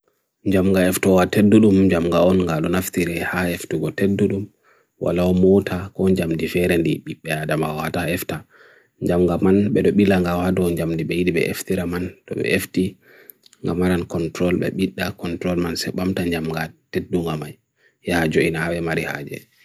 njamm gha eftu gha tendulum, njamm gha ongha dun efti re ha eftu gha tendulum walao motor kon jam di ferendi, bi peyadama gha ta eftu njamm gha man, bedo bilan gha oha dun jam di baydi be efti ra man, do efti ngha maran kontrol be bida, kontrol man sebham tan jam gha tendunga mai hea ajo ina hawe mari haje